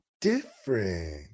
Different